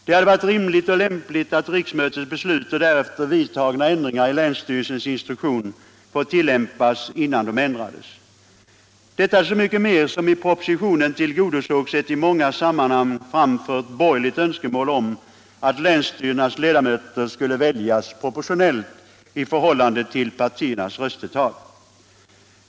Det hade varit rimligt och lämpligt att riksdagens beslut och därefter vidtagna ändringar i länsstyrelsens instruktion fått tillämpas innan de ändrades, detta så mycket mer som i propositionen tillgodosågs ett i många sammanhang framfört borgerligt önskemål om att länsstyrelsernas ledamöter skulle väljas proportionellt i förhållande till partiernas röstetal.